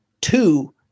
two